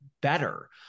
better